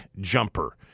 jumper